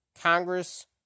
Congress